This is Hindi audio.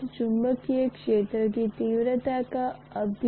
H चुंबकीय क्षेत्र की तीव्रता का कारण है और B प्रभाव है